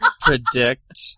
predict